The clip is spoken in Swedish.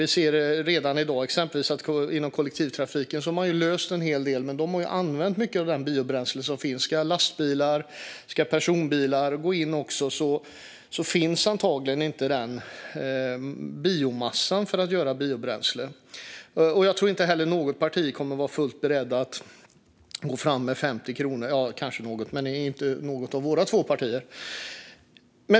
Vi ser redan i dag att man exempelvis inom kollektivtrafiken har löst en hel del, men man har också använt mycket av det biobränsle som finns. Om lastbilar och personbilar också ska gå in finns antagligen inte biomassan för att göra biobränsle. Jag tror inte heller att något parti kommer att vara fullt berett att gå fram med 50 kronor - kanske något, men inte något av våra två partier.